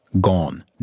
Gone